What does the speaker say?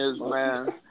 man